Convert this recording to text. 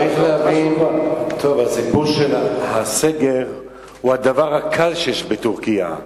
צריך להבין שהסיפור של הסגר הוא הדבר הקל שיש בטורקיה.